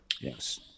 Yes